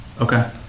Okay